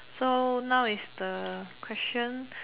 so now is the question